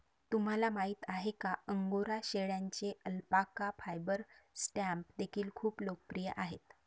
तुम्हाला माहिती आहे का अंगोरा शेळ्यांचे अल्पाका फायबर स्टॅम्प देखील खूप लोकप्रिय आहेत